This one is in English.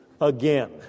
Again